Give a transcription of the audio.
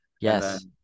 yes